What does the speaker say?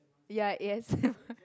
ya yes